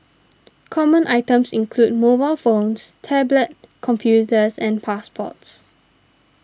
common items include mobile phones tablet computers and passports